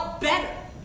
better